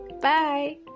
bye